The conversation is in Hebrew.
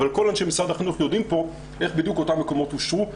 אבל כל אנשי משרד החינוך יודעים איך בדיוק אותם מקומות אושרו,